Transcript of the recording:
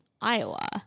Iowa